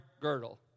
girdle